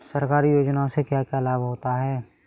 सरकारी योजनाओं से क्या क्या लाभ होता है?